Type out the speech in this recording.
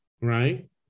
right